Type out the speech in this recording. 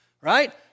right